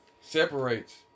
separates